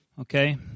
okay